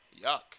yuck